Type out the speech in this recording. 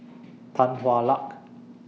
Tan Hwa Luck